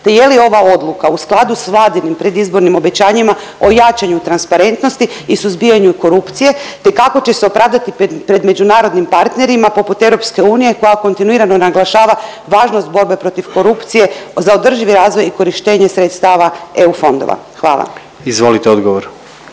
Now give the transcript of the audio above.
te je li ova odluka u skladu s Vladinim predizbornim obećanjima o jačanju transparentnosti i suzbijanju korupcije, te kako će se opravdati pred međunarodnim partnerima poput EU koja kontinuirano naglašava važnost borbe protiv korupcije za održivi razvoj i korištenje sredstava EU fondova? Hvala. **Jandroković,